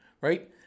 right